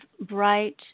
bright